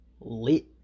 lit